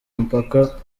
mupaka